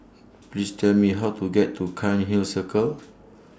Please Tell Me How to get to Cairnhill Circle